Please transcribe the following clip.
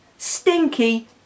stinky